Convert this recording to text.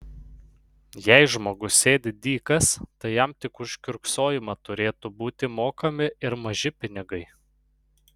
jei žmogus sėdi dykas tai jam tik už kiurksojimą turėtų būti mokami ir maži pinigai